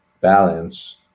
balance